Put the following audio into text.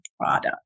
product